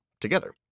together